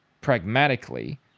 pragmatically